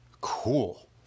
cool